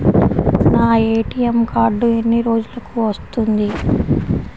నా A T M card ఎన్ని రోజులకు వస్తుంది?